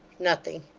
nothing.